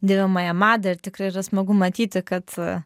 dėvimąją madą ir tikrai yra smagu matyti kad